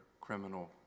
criminal